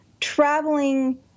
traveling